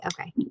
okay